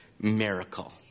miracle